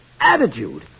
Attitude